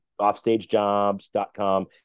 offstagejobs.com